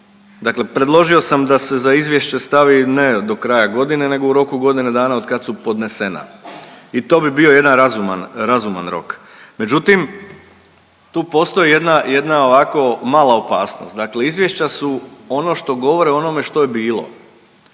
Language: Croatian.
Dakle, predložio sam da se za izvješće stavi ne do kraja godine nego u roku od godine dana od kad su podnesena i to bi bio jedan razuman rok. Međutim, tu postoji jedna ovako mala opasnost. Dakle, izvješća su ono što govore o onome što je bilo,